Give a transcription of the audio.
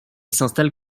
s’installe